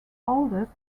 oldest